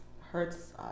hurts